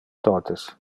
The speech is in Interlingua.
totes